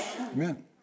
Amen